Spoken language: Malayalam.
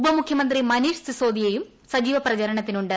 ഉപമുഖ്യമന്ത്രി മനീഷ് സിസോദിയവും സജീവ പ്രചാരണത്തിനുണ്ട്